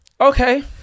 Okay